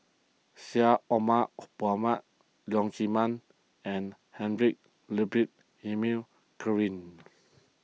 Syed Omar Mohamed Leong Chee Mun and Heinrich Ludwig Emil